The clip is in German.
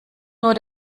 nur